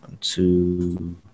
two